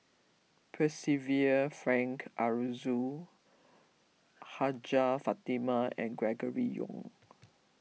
Percival Frank Aroozoo Hajjah Fatimah and Gregory Yong